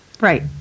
Right